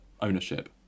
ownership